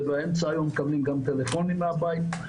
באמצע היום גם מקבלות טלפונים מהבית,